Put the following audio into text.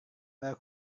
baru